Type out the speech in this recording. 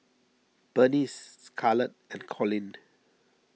Bernice Scarlet and Colin